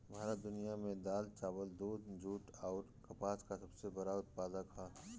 भारत दुनिया में दाल चावल दूध जूट आउर कपास का सबसे बड़ा उत्पादक ह